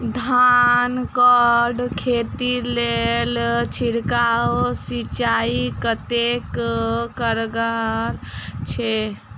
धान कऽ खेती लेल छिड़काव सिंचाई कतेक कारगर छै?